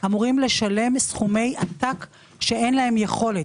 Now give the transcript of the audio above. אמורים לשלם סכומי עתק בלי שיש להם יכולת.